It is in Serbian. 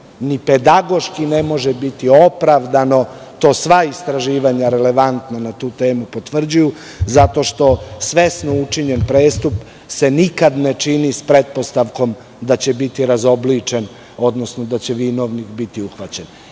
ni pedagoški ne može biti opravdano. To potvrđuju i sva relevantna istraživanja na tu temu, zato što svesno učinjen prestup se nikada ne čini s pretpostavkom da će biti razobličen, odnosno da će vinovnik biti uhvaćen.